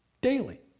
daily